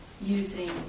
using